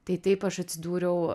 tai taip aš atsidūriau